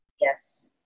Yes